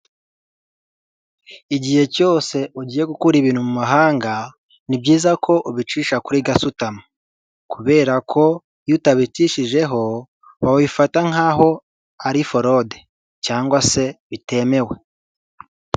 Igihe cyose ugiye gu gukora ibintu mu mahanga, ni byiza ko ubicisha kuri gasutamo, kubera ko iyo utabicishijeho, babifata nk'aho ari forode cyangwa se bitemewe.